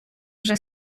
вже